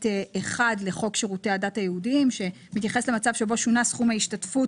11ה(ב1) לחוק שירותי הדת הייעודיים שמתייחס למצב שבו שונה סכום ההשתתפות